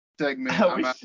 segment